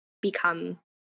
become